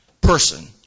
person